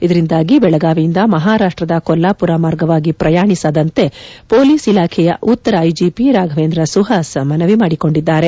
ಇದರಿಂದಾಗಿ ಬೆಳಗಾವಿಯಿಂದ ಮಹಾರಾಷ್ಟದ ಕೊಲ್ಲಾಪುರ ಮಾರ್ಗವಾಗಿ ಪ್ರಯಾಣಿಸದಂತೆ ಪೊಲೀಸ್ ಇಲಾಖೆಯ ಉತ್ತರ ಐಜಿಪಿ ರಾಘವೇಂದ್ರ ಸುಹಾಸ್ ಮನವಿ ಮಾಡಿಕೊಂಡಿದ್ದಾರೆ